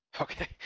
Okay